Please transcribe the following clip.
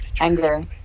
anger